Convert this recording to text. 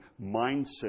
mindset